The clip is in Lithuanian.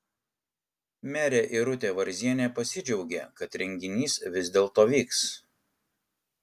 merė irutė varzienė pasidžiaugė kad renginys vis dėlto vyks